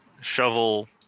shovel